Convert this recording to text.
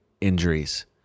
injuries